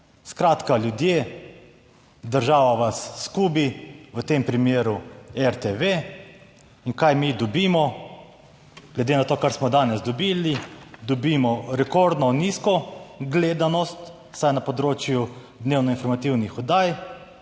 Skratka, ljudje država vas skubi, v tem primeru RTV in kaj mi dobimo? Glede na to, kar smo danes dobili, dobimo rekordno nizko gledanost, vsaj na področju dnevno informativnih oddaj